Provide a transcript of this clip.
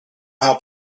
how